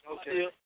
Okay